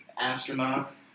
astronaut